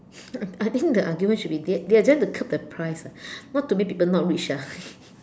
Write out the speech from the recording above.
I I think the argument should be they they are there to curb the price ah what to make people not rich ah